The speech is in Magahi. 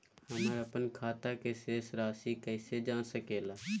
हमर अपन खाता के शेष रासि कैसे जान सके ला?